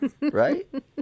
Right